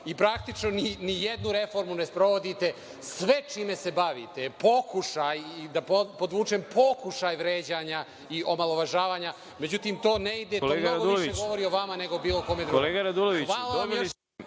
I praktično nijednu reformu ne sprovodite. Sve čime se bavite je pokušaj, da podvučem, pokušaj vređanja i omalovažavanja. Međutim, to ne ide, to mnogo više govori o vama nego o bilo kome drugom.